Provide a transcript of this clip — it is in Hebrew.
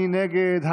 מי נגד?